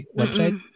website